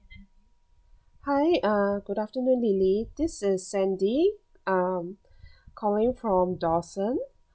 hi uh good afternoon lily this is sandy I'm calling from dawson